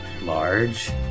Large